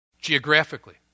geographically